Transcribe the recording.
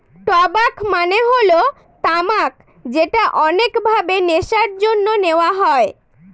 টবাক মানে হল তামাক যেটা অনেক ভাবে নেশার জন্যে নেওয়া হয়